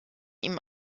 ihm